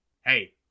Hey